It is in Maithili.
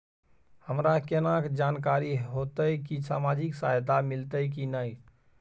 हमरा केना जानकारी होते की सामाजिक सहायता मिलते की नय?